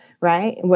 right